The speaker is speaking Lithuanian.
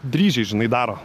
dryžiais žinai daro